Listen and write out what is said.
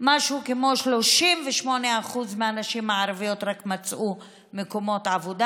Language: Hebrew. משהו כמו 38% בלבד מהנשים הערביות מצאו מקומות עבודה.